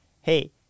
hey